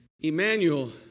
Emmanuel